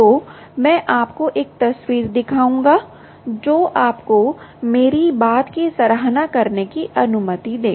तो मैं आपको एक तस्वीर दिखाऊंगा जो आपको मेरी बात की सराहना करने की अनुमति देगा